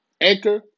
Anchor